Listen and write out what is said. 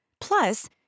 Plus